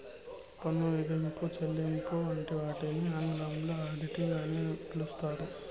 పన్ను విధింపులు, చెల్లింపులు వంటి వాటిని ఆంగ్లంలో ఆడిటింగ్ అని పిలుత్తారు